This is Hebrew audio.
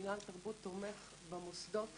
מינהל תרבות תומך במוסדות